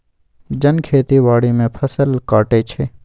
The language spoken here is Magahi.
जन खेती बाड़ी में फ़सल काटइ छै